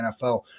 NFL